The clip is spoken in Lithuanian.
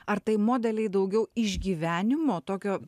ar tai modeliai daugiau išgyvenimo tokio